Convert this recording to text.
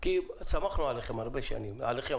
כי סמכנו עליכם הרבה שנים עליכם,